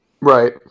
Right